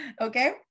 Okay